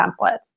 templates